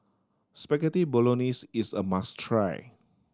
Spaghetti Bolognese is a must try